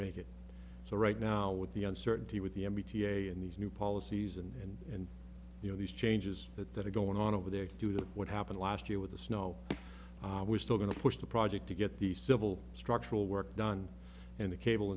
make it so right now with the uncertainty with the m b t a and these new policies and and you know these changes that that are going on over there to do what happened last year with the snow we're still going to push the project to get the civil structural work done and the cable